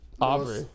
Aubrey